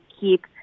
keep